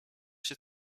się